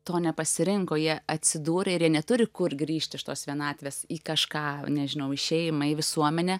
to nepasirinko jie atsidūrė ir jie neturi kur grįžti iš tos vienatvės į kažką nežinau išėjimą į į visuomenę